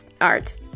art